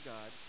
God